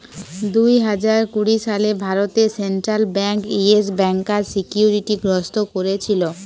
দুই হাজার কুড়ি সালে ভারতে সেন্ট্রাল বেঙ্ক ইয়েস ব্যাংকার সিকিউরিটি গ্রস্ত কোরেছিল